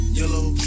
yellow